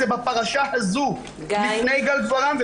זה בפרשה הזו לפני גל גברעם,